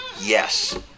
yes